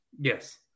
Yes